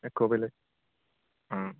एख' बेलेग अ